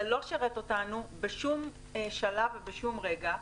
זה לא שירת אותנו בשום שלב ובשום רגע.